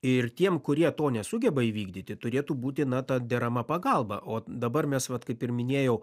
ir tiem kurie to nesugeba įvykdyti turėtų būti na ta derama pagalba o dabar mes vat kaip ir minėjau